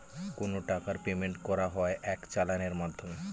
কোনো টাকার পেমেন্ট করা হয় এক চালানের মাধ্যমে